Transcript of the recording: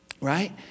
right